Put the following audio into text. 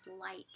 light